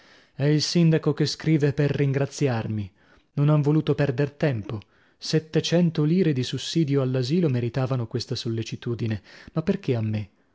è il sindaco che scrive per ringraziarmi non han voluto perder tempo settecento lire di sussidio all'asilo meritavano questa sollecitudine ma perchè a me